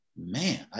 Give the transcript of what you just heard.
man